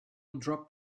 dropped